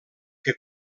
que